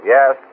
Yes